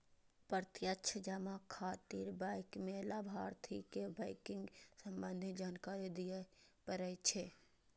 प्रत्यक्ष जमा खातिर बैंक कें लाभार्थी के बैंकिंग संबंधी जानकारी दियै पड़ै छै